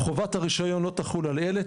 "חובת הרישיון לא תחול על אלה",